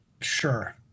Sure